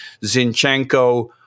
Zinchenko